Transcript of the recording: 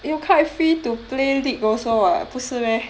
you quite free to play league also [what] 不是 meh